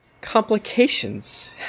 complications